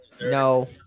No